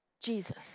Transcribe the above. Jesus